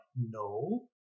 No